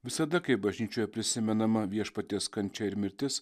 visada kai bažnyčioje prisimenama viešpaties kančia ir mirtis